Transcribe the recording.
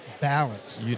balance